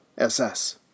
SS